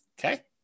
Okay